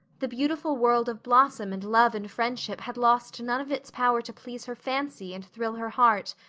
the beautiful world of blossom and love and friendship had lost none of its power to please her fancy and thrill her heart,